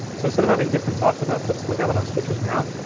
so instead of having different types of outputs we have on switchers now,